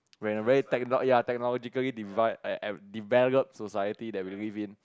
when where tech ya technologically divide developed society that we live in